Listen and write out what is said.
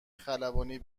خلبانی